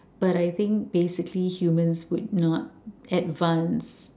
but I think basically humans would not advance